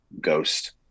Ghost